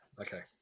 okay